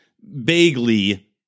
vaguely